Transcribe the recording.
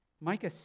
Micah